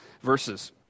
verses